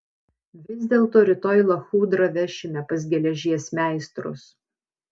vis dėlto rytoj lachudrą vešime pas geležies meistrus